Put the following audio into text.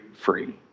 free